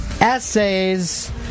Essays